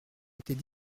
était